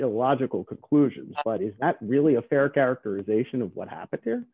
illogical conclusion but is that really a fair characterization of what happened